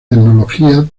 tecnología